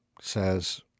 says